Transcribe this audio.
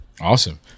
Awesome